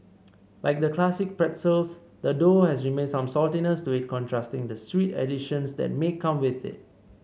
like the classic pretzels the dough has remain some saltiness to it contrasting the sweet additions that may come with it